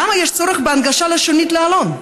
למה יש צורך בהנגשה לשונית לעלון?